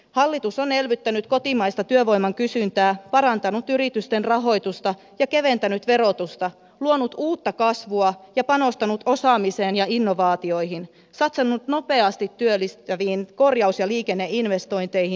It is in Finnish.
hallitus on elvyttänyt kotimaista työvoiman kysyntää parantanut yritysten rahoitusta ja keventänyt verotusta luonut uutta kasvua ja panostanut osaamiseen ja innovaatioihin satsannut nopeasti työllistäviin korjaus ja liikenneinvestointeihin